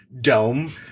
dome